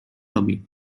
robi